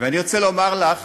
ואני רוצה לומר לך